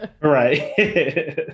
right